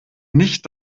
nicht